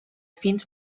fins